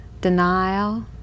denial